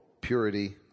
purity